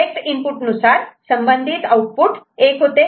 select input अनुसार संबंधित output 1 होते